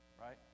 right